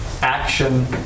action